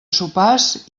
sopars